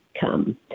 come